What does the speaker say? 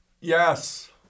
Yes